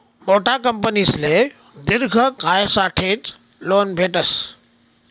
मोठा कंपनीसले दिर्घ कायसाठेच लोन भेटस